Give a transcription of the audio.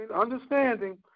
understanding